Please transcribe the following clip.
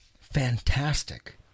Fantastic